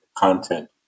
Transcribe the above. Content